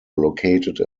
located